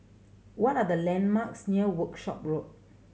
what are the landmarks near Workshop Road